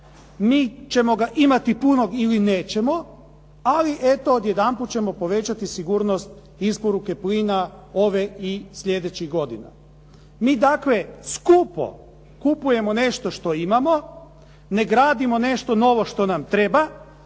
mi ćemo ga imati punog ili nećemo, ali eto odjedanput ćemo povećati sigurnost isporuke plina ove i sljedećih godina. Mi dakle skupo kupujemo nešto što imamo, ne gradimo nešto novo što nam treba